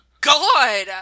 God